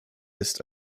ist